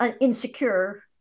insecure